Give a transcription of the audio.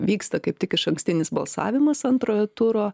vyksta kaip tik išankstinis balsavimas antrojo turo